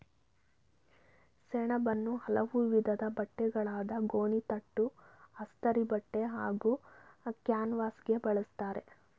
ಸೆಣಬನ್ನು ಹಲವು ವಿಧದ್ ಬಟ್ಟೆಗಳಾದ ಗೋಣಿತಟ್ಟು ಅಸ್ತರಿಬಟ್ಟೆ ಹಾಗೂ ಕ್ಯಾನ್ವಾಸ್ಗೆ ಬಳುಸ್ತರೆ